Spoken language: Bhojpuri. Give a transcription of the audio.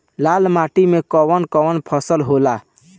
लाल माटी मे कवन कवन फसल होला?